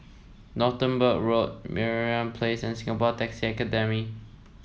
Northumberland Road Merlimau Place and Singapore Taxi Academy